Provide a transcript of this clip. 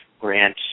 Grant